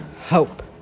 hope